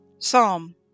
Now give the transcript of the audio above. psalm